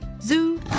Zoo